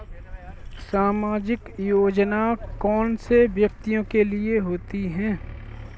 सामाजिक योजना कौन से व्यक्तियों के लिए होती है?